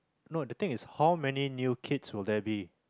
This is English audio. no the thing is how many new kids were there be